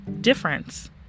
difference